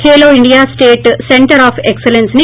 Khelo India state centre of ఎక్సలెస్స్కే